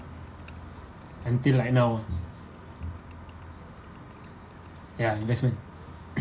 until like now ah ya investment